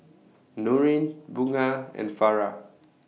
Nurin Bunga and Farah